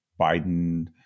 Biden